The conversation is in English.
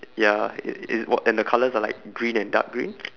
ya it it w~ and the colours are like green and dark green